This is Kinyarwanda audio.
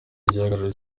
igihagararo